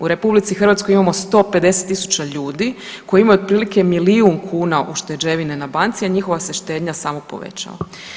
U RH imamo 150.000 ljudi koji imaju otprilike milijun kuna ušteđevine na banci, a njihova se štednja samo povećava.